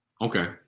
Okay